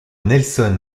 nelson